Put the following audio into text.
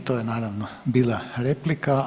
I to je naravno bila replika.